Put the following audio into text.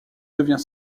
devient